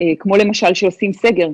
כמו למשל, כשעושים סגר.